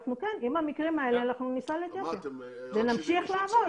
המקרים האלה ניסע לאתיופיה ונמשיך לעבוד.